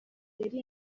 yari